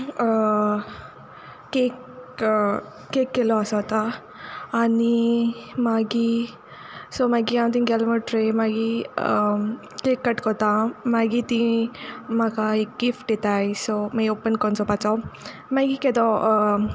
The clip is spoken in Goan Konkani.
कॅक कॅक केलो आसोता आनी मागीर सो मागीर हांव तींग गेल मुटरी मागी कॅक कट कोता हांव मागी तीं म्हाका एक गिफ्ट दिताय सो मागीर ऑपन कोन्न चोवपाचो मागी केदों